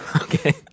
okay